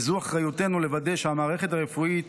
וזו אחריותנו לוודא שהמערכת הרפואית